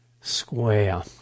square